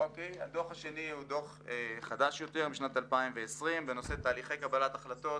לדוח בנוגע לתהליכי קבלת החלטות